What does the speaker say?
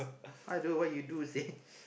!aiyo! what you do seh